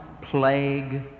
plague